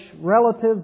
relatives